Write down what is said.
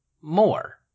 more